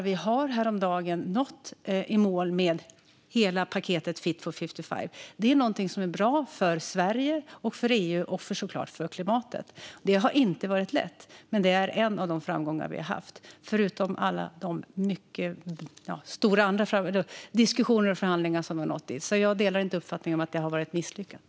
Vi har häromdagen gått i mål med hela paketet Fit for 55. Det är någonting som är bra för Sverige och EU och såklart för klimatet. Det har inte varit lätt. Men det är en av de framgångar som vi har haft, förutom alla de andra stora diskussioner och förhandlingar som vi kommit framåt i. Jag delar inte uppfattningen att det har varit misslyckat.